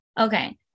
okay